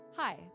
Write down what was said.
Hi